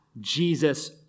Jesus